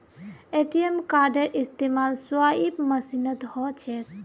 ATM कार्डेर इस्तमाल swipe मशीनत ह छेक